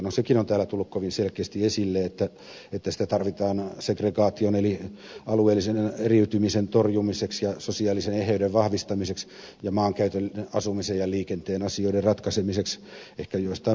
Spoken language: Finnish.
no sekin on täällä tullut kovin selkeästi esille että sitä tarvitaan segregaation eli alueellisen eriytymisen torjumiseksi ja sosiaalisen eheyden vahvistamiseksi ja maankäytön asumisen ja liikenteen asioiden ratkaisemiseksi ehkä joistain muistakin syistä